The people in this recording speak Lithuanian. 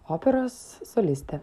operos solistė